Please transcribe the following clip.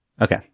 Okay